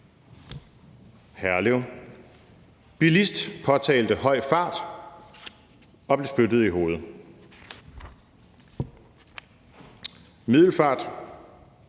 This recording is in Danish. Herlev: »Bilist påtalte høj fart – og blev spyttet i hovedet«. Middelfart: